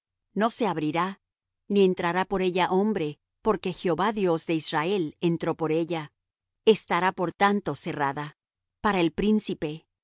no se abrirá ni entrará por ella hombre porque jehová dios de israel entró por ella estará por tanto cerrada para el príncipe